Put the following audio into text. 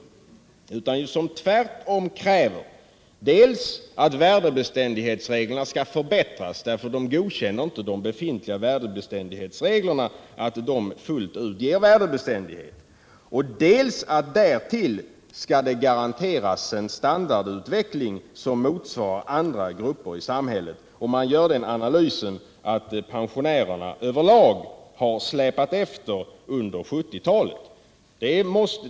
På den sidan kräver man tvärtom dels att värdebeständighetsreglerna skall förbättras därför att de befintliga reglerna inte fullt ut ger värdebeständighet, dels att det därtill skall garanteras en standardutveckling som motsvarar utvecklingen för andra grupper i samhället. Man gör den analysen att pensionärerna över lag har släpat efter under 1970-talet.